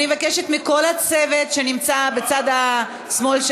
אני מבקשת מכל הצוות שנמצא בצד שמאל של